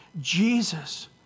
Jesus